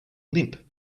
limp